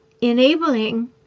Enabling